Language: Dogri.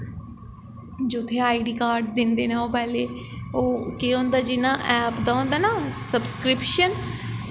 जित्थें आई डी कार्ड दिंदे न ओह् पैह्लें ओह् केह् होंदा जियां ऐप दा होंदा ना सब्सक्रिप्शन